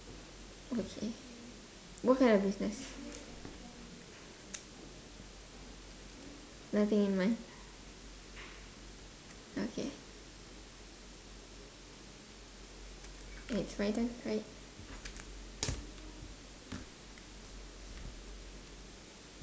okay what kind of business nothing in mind okay it's my turn right